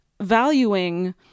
valuing